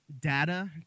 data